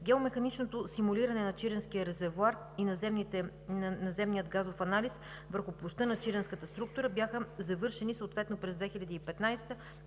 Геомеханичното симулиране на чиренския резервоар и наземният газов анализ върху площта на чиренската структура бяха завършени съответно през 2015